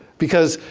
because,